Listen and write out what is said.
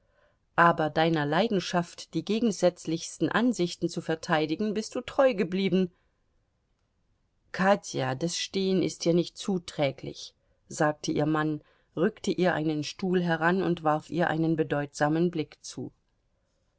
aber deiner leidenschaft die gegensätzlichsten ansichten zu verteidigen bist du treu geblieben katja das stehen ist dir nicht zuträglich sagte ihr mann rückte ihr einen stuhl heran und warf ihr einen bedeutsamen blick zu